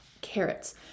Carrots